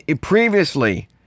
previously